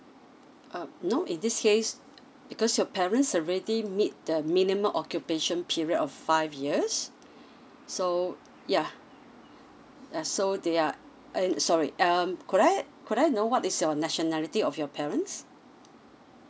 ah no in this case because your parents already meet the minimum occupation period of five years so yeah uh so they are um sorry um could I could I know what is your nationality of your parents